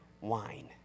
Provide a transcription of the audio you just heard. wine